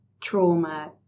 trauma